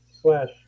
slash